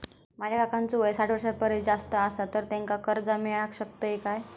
माझ्या काकांचो वय साठ वर्षां परिस जास्त आसा तर त्यांका कर्जा मेळाक शकतय काय?